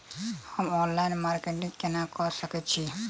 हम online marketing केना कऽ सकैत छी?